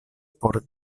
por